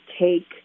take